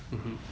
mmhmm